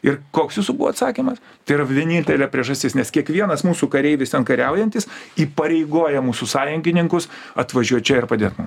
ir koks jūsų buvo atsakymas tai yra vienintelė priežastis nes kiekvienas mūsų kareivis ten kariaujantis įpareigoja mūsų sąjungininkus atvažiuot čia ir padėt mum